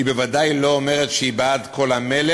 היא ודאי לא אומרת שהיא בעד כל המלל